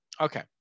Okay